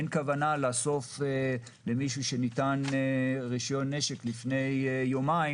אין כוונה לאסוף ממישהו שניתן לו רישיון נשק לפני יומיים.